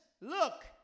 look